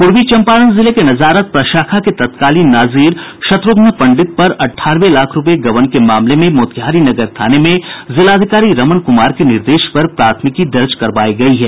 पूर्वी चम्पारण जिले के नजारत प्रशाखा के तत्कालीन नाजिर शत्र्घ्न पंडित पर अंठानवे लाख रूपये गबन के मामले में मोतिहारी नगर थाने में जिलाधिकारी रमण कुमार के निर्देश पर प्राथमिकी दर्ज करवायी गयी है